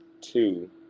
Two